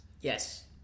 Yes